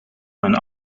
mijn